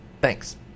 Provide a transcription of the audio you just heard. Thanks